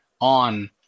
on